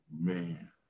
man